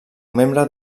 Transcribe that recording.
membre